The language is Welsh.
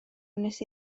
wnes